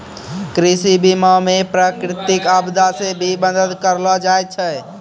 कृषि बीमा मे प्रकृतिक आपदा मे भी मदद करलो जाय छै